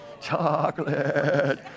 chocolate